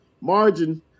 margin